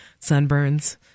sunburns